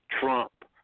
Trump